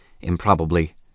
improbably